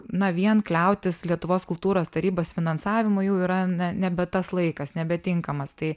na vien kliautis lietuvos kultūros tarybos finansavimu jau yra na nebe tas laikas nebetinkamas tai